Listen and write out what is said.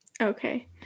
Okay